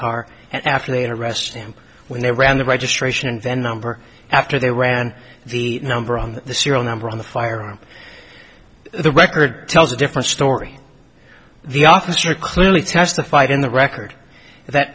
car and after later arrest him when they ran the registration and then number after they ran the number on the serial number on the firearm the record tells a different story the officer clearly testified in the record that